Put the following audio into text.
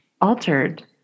altered